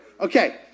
Okay